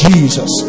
Jesus